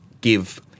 give